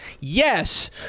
yes